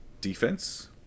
defense